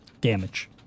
Damage